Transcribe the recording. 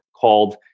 called